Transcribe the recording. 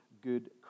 good